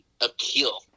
appeal